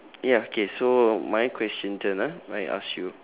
ya okay so my question turn ah I ask you